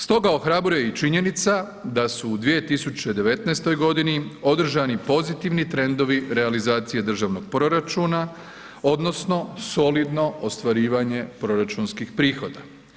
Stoga ohrabruje i činjenica da su u 2019. godini održani pozitivni trendovi realizacije državnog proračuna odnosno solidno ostvarivanje proračunskih prihoda.